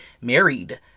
married